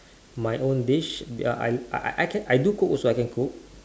my own dish ya I I I can do cook also I can cook